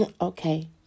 Okay